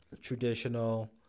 traditional